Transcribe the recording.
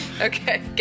Okay